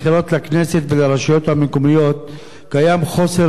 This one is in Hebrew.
יש חוסר בהירות באשר למועד הבחירות המוניציפליות.